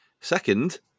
Second